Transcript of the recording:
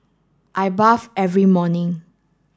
I bath every morning